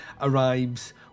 arrives